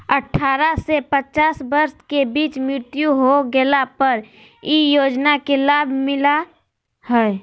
अठारह से पचास वर्ष के बीच मृत्यु हो गेला पर इ योजना के लाभ मिला हइ